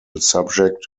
subject